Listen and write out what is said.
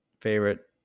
favorite